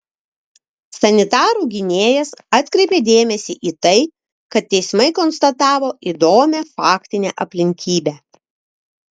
sanitarų gynėjas atkreipė dėmesį į tai kad teismai konstatavo įdomią faktinę aplinkybę